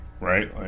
right